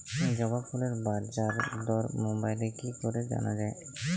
জবা ফুলের বাজার দর মোবাইলে কি করে জানা যায়?